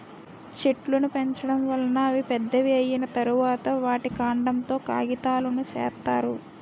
చెట్లును పెంచడం వలన అవి పెద్దవి అయ్యిన తరువాత, వాటి కాండం తో కాగితాలును సేత్తారు